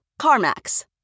CarMax